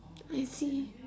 I see